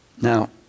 Now